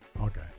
Okay